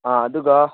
ꯑꯥ ꯑꯗꯨꯒ